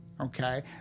Okay